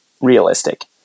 realistic